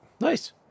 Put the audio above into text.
Nice